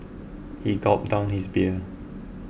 he gulped down his beer